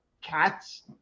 cats